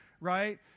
right